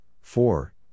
four